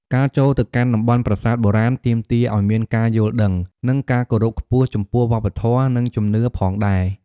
ការចូលទៅកាន់តំបន់ប្រាសាទបុរាណ ទាមទារឲ្យមានការយល់ដឹង និងការគោរពខ្ពស់ចំពោះវប្បធម៌ និងជំនឿផងដែរ។